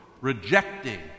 rejecting